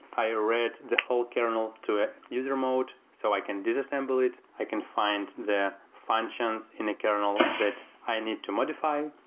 i read the whole kernel to a user mode so i can disassemble it. i can find the functions in a kernel that i need to modify.